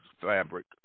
fabric